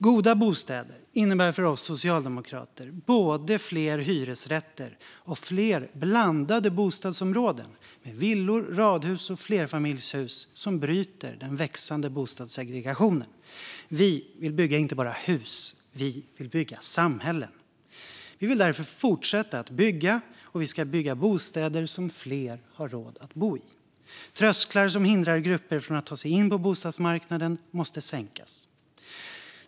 Goda bostäder innebär för oss socialdemokrater både fler hyresrätter och fler blandade bostadsområden med villor, radhus och flerfamiljshus som bryter den växande bostadssegregationen. Vi vill bygga inte bara hus, utan vi vill bygga samhällen. Vi vill därför fortsätta att bygga, och vi ska bygga bostäder som fler har råd att bo i. Trösklar som hindrar grupper från att ta sig in på bostadsmarknaden måste sänkas.